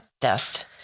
dust